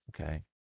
okay